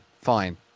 fine